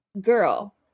Girl